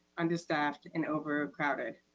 understaffed and overcrowded.